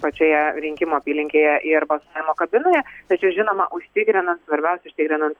pačioje rinkimų apylinkėje ir balsavimo kabinoje tačiau žinoma užtikrina svarbiausia užtikrinant